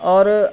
اور